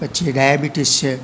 પછી ડાયાબિટીસ છે